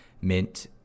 mint